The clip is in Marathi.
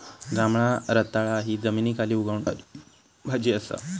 जांभळा रताळा हि जमनीखाली उगवणारी भाजी असा